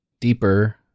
deeper